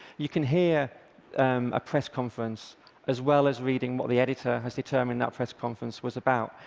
you can hear a press conference as well as reading what the editor has determined that press conference was about.